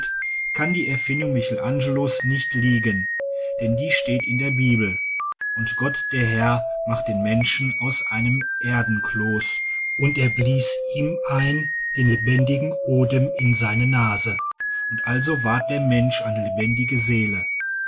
kann die erfindung michelangelos nicht liegen denn die steht in der bibel und gott der herr machte den menschen aus einem erdenkloß und er blies ihm ein den lebendigen odem in seine nase und also ward der mensch eine lebendige seele